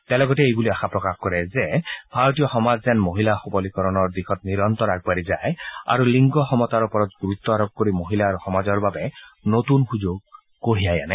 তেওঁ লগতে এই বুলিও আশা কৰে যে ভাৰতীয় সমাজ যেন মহিলা সবলীকৰণৰ দিশত নিৰন্তৰ আগবাঢ়ি যায় আৰু লিংগ সমতাৰ ওপৰত গুৰুত্ব আৰোপ কৰি মহিলা আৰু সমাজৰ বাবে নতুন সুযোগ কঢ়িয়াই আনে